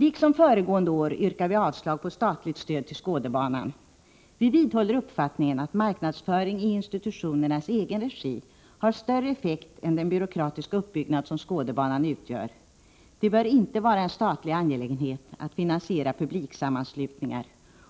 Liksom föregående år yrkar vi avslag beträffande det statliga stödet till Skådebanan. Vi vidhåller uppfattningen att marknadsföring i institutionernas egen regi har större effekt än med den byråkratiska uppbyggnad som Skådebanan har. Det bör inte vara en statlig angelägenhet att finansiera publiksammanslutningar,